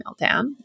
meltdown